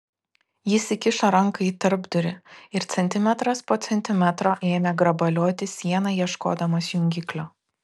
jis įkišo ranką į tarpdurį ir centimetras po centimetro ėmė grabalioti sieną ieškodamas jungiklio